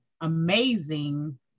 amazing